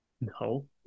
No